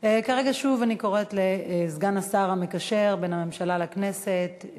כרגע שוב אני קוראת לסגן השר המקשר בין הממשלה לכנסת,